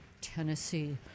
Tennessee